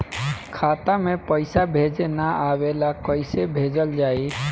खाता में पईसा भेजे ना आवेला कईसे भेजल जाई?